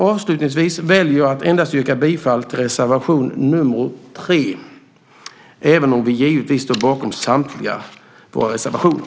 Avslutningsvis väljer jag att yrka bifall endast till reservation nr 3, även om vi givetvis står bakom samtliga våra reservationer.